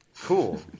Cool